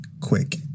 Quick